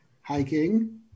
hiking